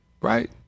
right